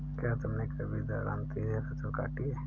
क्या तुमने कभी दरांती से फसल काटी है?